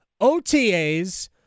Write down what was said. OTAs